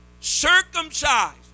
circumcised